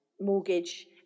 mortgage